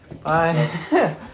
Bye